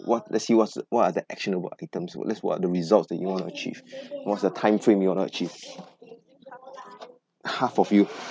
what let's see what's the what are the actionable items would let's what are the results that you want to achieve what's the time frame you want to achieve half of you